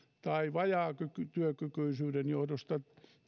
tai vajaatyökykyisyyden johdosta